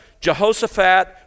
Jehoshaphat